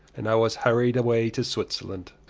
and i was hurried away to switzerland.